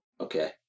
Okay